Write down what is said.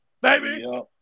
baby